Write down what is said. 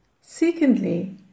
Secondly